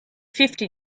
fifty